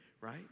Right